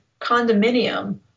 condominium